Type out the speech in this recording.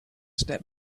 step